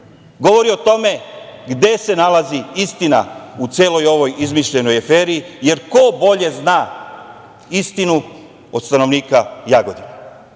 govori o tome gde se nalazi istina u celoj ovoj izmišljenoj aferi, jer ko bolje zna istinu od stanovnika Jagodine?